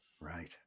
Right